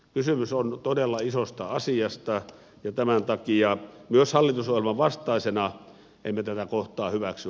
kysymys on todella isosta asiasta ja tämän takia myös hallitusohjelman vastaisena emme tätä kohtaa hyväksy